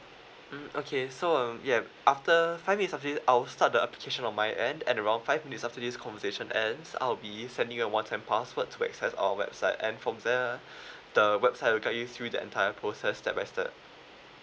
mm okay so um ya after five minutes after this I'll start the application on my end and around five minutes after this conversation ends I'll be sending you a one time password to access our website and from there ah the website will guide you through the entire process step by step